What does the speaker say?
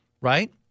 right